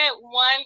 one